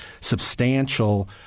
substantial